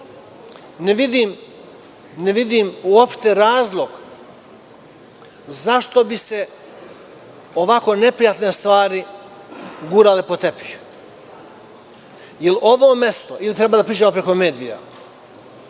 vidim uopšte razlog zašto bi se ovako neprijatne stvari gurale pod tepih, jer je ovo mesto ili možda treba da pričamo preko medija?